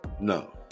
No